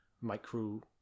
micro